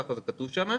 כך זה כתוב שם,